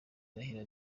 irahira